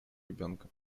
ребенка